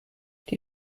die